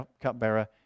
cupbearer